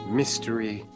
mystery